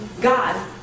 God